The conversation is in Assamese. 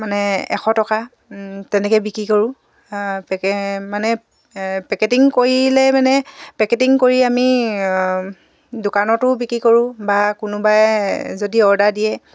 মানে এশ টকা তেনেকৈ বিক্ৰী কৰোঁ পেকে মানে পেকেটিং কৰিলে মানে পেকেটিং কৰি আমি দোকানতো বিক্ৰী কৰোঁ বা কোনোবাই যদি অৰ্ডাৰ দিয়ে